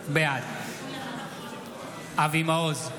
בעד אבי מעוז,